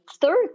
third